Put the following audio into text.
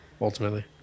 ultimately